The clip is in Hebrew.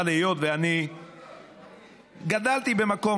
אבל היות שאני גדלתי במקום,